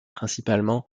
principalement